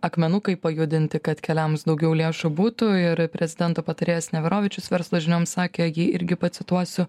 akmenukai pajudinti kad keliams daugiau lėšų būtų ir prezidento patarėjas neverovičius verslo žinioms sakė jį irgi pacituosiu